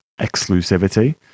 exclusivity